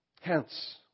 Hence